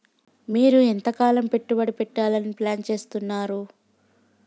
మీరు ఎంతకాలం పెట్టుబడి పెట్టాలని ప్లాన్ చేస్తున్నారు?